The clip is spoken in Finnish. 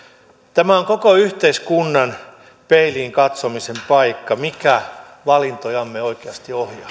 tämä on koko yhteiskunnan peiliin katsomisen paikka mikä valintojamme oikeasti ohjaa